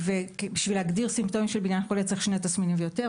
בשביל להגדיר סימפטומים של בניין חולה צריך שני תסמינים ויותר,